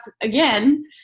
again